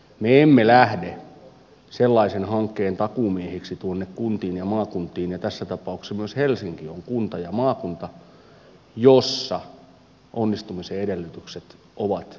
me emme lähde sellaisen hankkeen takuumiehiksi tuonne kuntiin ja maakuntiin ja tässä tapauksessa myös helsinki on kunta ja maakunta jossa onnistumisen edellytykset ovat vähintäänkin kyseenalaiset